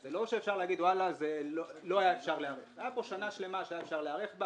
אי אפשר להגיד שאי אפשר היה להיערך.